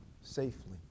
safely